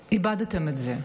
איבדתם את זה.